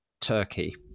turkey